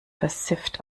versifft